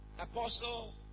Apostle